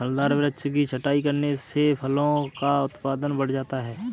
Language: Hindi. फलदार वृक्ष की छटाई करने से फलों का उत्पादन बढ़ जाता है